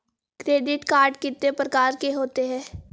Credit card कितने प्रकार के होते हैं?